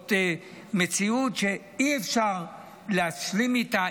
זאת מציאות שאי-אפשר להשלים איתה,